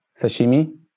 sashimi